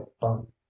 bunk